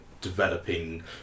developing